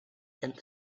and